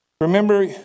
Remember